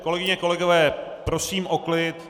Kolegyně, kolegové, prosím o klid.